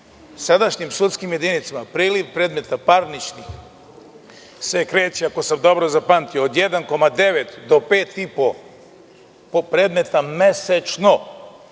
sadašnjim sudskim jedinicama priliv parničnih predmeta kreće, ako sam dobro zapamtio, od 1,9 do 5,5 predmeta mesečno,